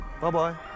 Bye-bye